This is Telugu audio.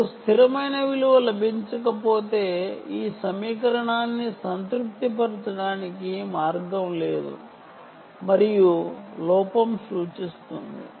మనకు స్థిరమైన విలువ లభించకపోతే ఈ సమీకరణాన్ని సంతృప్తి పరచడానికి మార్గం లేదు మరియు ఎర్రర్ వస్తుంది